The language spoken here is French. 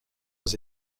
aux